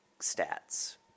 stats